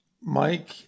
Mike